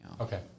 Okay